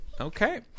Okay